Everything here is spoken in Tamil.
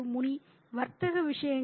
முனி வர்த்தக விஷயங்கள்